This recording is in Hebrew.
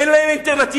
אין להם אלטרנטיבה.